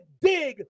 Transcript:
dig